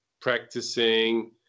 practicing